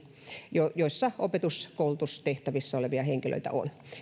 jotka koskevat opetus koulutustehtävissä olevia henkilöitä